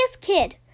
kid